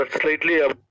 slightly